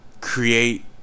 Create